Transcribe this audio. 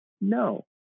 No